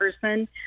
person